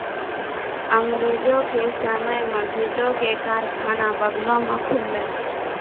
अंगरेजो के समय मे जूटो के कारखाना बंगालो मे खुललै